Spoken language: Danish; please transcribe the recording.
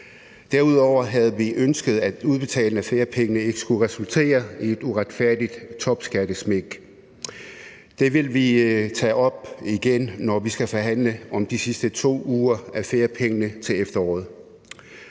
Derudover havde vi ønsket, at udbetalingen af feriepenge ikke skulle resultere i et uretfærdigt topskattesmæk. Det vil vi tage op igen, når vi skal forhandle om de sidste 2 uger af feriepengene til efteråret.